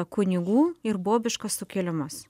kunigų ir bobiškas sukilimas